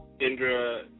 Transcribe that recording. Indra